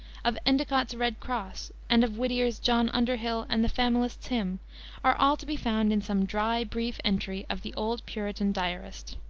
of endicott's red cross, and of whittier's john underhill and the familists' hymn are all to be found in some dry, brief entry of the old puritan diarist.